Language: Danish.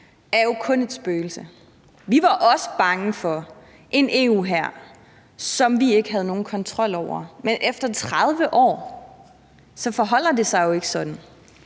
er jo kun et spøgelse. Vi var også bange for en EU-hær, som vi ikke havde nogen kontrol over, men efter 30 år forholder det sig jo ikke sådan.